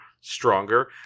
stronger